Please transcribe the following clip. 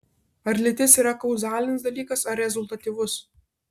ar lytis yra kauzalinis dalykas ar rezultatyvus